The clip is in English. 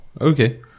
okay